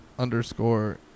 Underscore